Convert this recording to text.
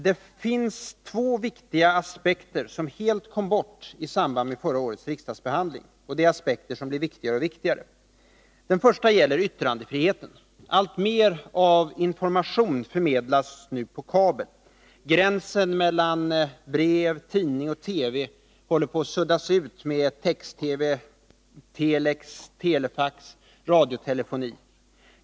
Det finns två viktiga aspekter som helt kom bort i samband med förra årets riksdagsbehandling av frågan, och det är aspekter som blir viktigare och viktigare. Den första nya aspekten gäller yttrandefriheten. Alltmer av information förmedlas nu på kabel. Gränsen mellan brev, tidning och TV håller på att suddas ut med text-TV, telex, telefax och radiotelefoni.